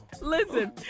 Listen